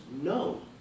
no